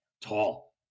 tall